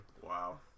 Wow